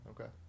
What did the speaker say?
Okay